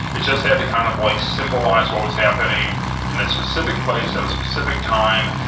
it just had to kind of like, symbolize what was happening in that specific place at a specific time,